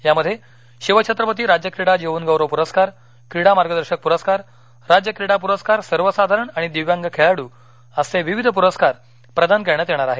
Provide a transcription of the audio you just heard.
यामध्ये शिवछत्रपती राज्य क्रीडा जीवनगौरव पुरस्कार क्रीडा मार्गदर्शक पुरस्कार राज्य क्रीडा पुरस्कार सर्वसाधरण आणि दिव्यांग खेळाडू असे विविध पुरस्कार प्रदान करण्यात येणार आहेत